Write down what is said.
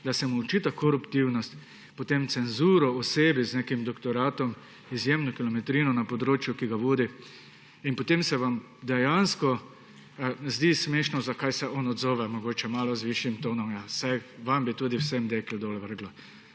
da se mu očita koruptivnost, potem cenzuro, osebi z nekim doktoratom, z izjemno kilometrino na področju, ki ga vodi. In potem se vam dejansko zdi smešno, zakaj se on odzove z mogoče malo višjim tonom. Ja saj bi tudi vsem vam dekeljc dol vrglo.